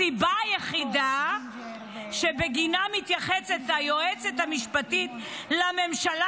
הסיבה היחידה שבגינה מתייחסת היועצת המשפטית לממשלה